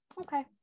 okay